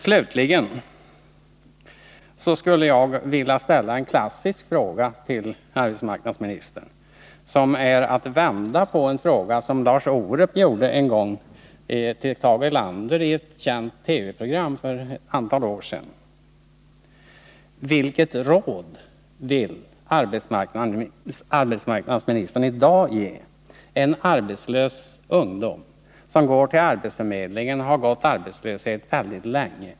Slutligen skulle jag vilja ställa en klassisk fråga till arbetsmarknadsministern, vilket är att vända på en fråga som Lars Orup ställde till Tage Erlander i ett känt TV-program för ett antal år sedan: Vilket råd vill arbetsmarknadsministern i dag ge en arbetslös ung människa som går till arbetsförmedlingen efter att ha gått arbetslös väldigt länge?